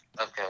Okay